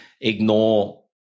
ignore